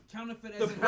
Counterfeit